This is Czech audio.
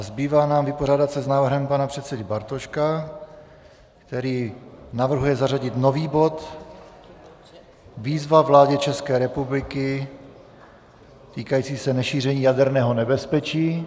Zbývá nám vypořádat se s návrhem pana předsedy Bartoška, který navrhuje zařadit nový bod Výzva vládě České republiky týkající se nešíření jaderného nebezpečí.